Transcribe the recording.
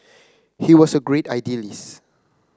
he was a great idealists